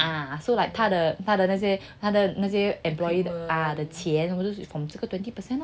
ah so like 他的他的那些他的那些 employee ah 的钱 thirty percent lor